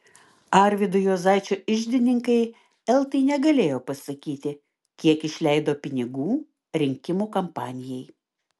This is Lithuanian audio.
arvydo juozaičio iždininkai eltai negalėjo pasakyti kiek išleido pinigų rinkimų kampanijai